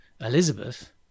Elizabeth